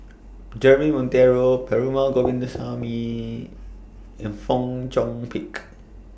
Jeremy Monteiro Perumal Govindaswamy and Fong Chong Pik